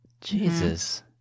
Jesus